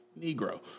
Negro